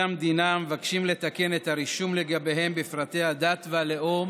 המדינה המבקשים לתקן את הרישום לגביהם בפרטי הדת והלאום